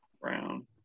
Brown